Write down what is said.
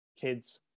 kids